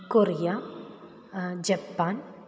Korea Japan